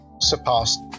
surpassed